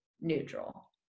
neutral